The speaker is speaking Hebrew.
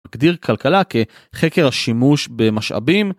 מגדיר כלכלה כחקר השימוש במשאבים.